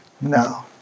No